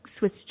Swiss